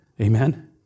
Amen